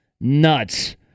nuts